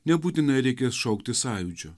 nebūtinai reikės šauktis sąjūdžio